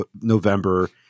November